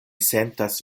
sentas